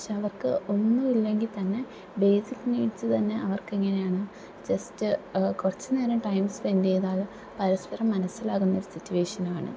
പക്ഷെ അവര്ക്ക് ഒന്നുവില്ലെങ്കിൽ തന്നെ ബേസിക് നീഡ്സ് തന്നെ അവര്ക്ക് എങ്ങനെയാണ് ജസ്റ്റ് കുറച്ച് നേരം ടൈം സ്പെന്ഡ് ചെയ്താല് പരസ്പരം മനസിലാകുന്ന ഒരു സിറ്റുവേഷനാണ്